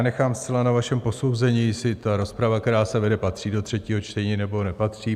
Nechám zcela na vašem posouzení, jestli ta rozprava, která se vede, patří do třetího čtení, nebo nepatří.